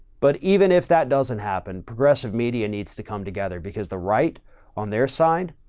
but even if that doesn't happen, progressive media needs to come together because the right on their side,